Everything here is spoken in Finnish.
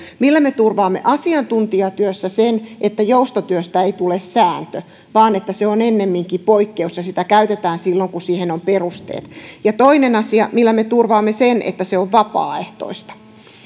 millä me turvaamme asiantuntijatyössä sen että joustotyöstä ei tule sääntö vaan että se on ennemminkin poikkeus ja sitä käytetään silloin kun siihen on perusteet ja toinen asia millä me turvaamme sen että se on vapaaehtoista